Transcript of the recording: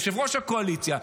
יושב-ראש הקואליציה,